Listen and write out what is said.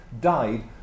died